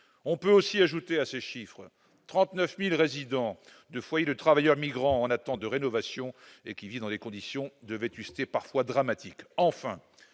On peut ajouter à ces chiffres les 39 000 résidents de foyers de travailleurs migrants en attente de rénovation, dans des conditions de vétusté parfois dramatiques.